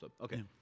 Okay